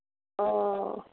অঁ